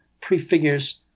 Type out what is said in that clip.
prefigures